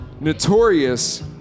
Notorious